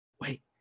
Wait